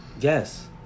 Yes